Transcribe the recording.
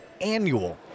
annual